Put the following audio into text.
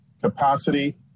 capacity